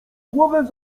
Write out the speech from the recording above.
głowę